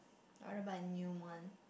I want to buy a new one